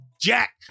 Jack